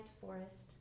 forest